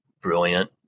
brilliant